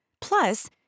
Plus